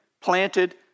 planted